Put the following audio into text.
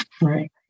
Right